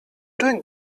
doing